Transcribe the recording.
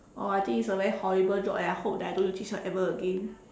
oh I think it's a very horrible job and I hope that I don't have to teach her ever again